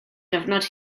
gyfnod